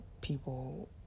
people